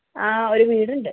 ആ ഒരു വീടുണ്ട്